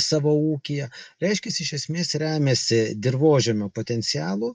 savo ūkyje reiškiasi iš esmės remiasi dirvožemio potencialu